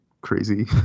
crazy